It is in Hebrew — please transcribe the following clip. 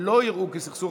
עוד שלושה הצטרפו.